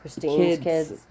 kids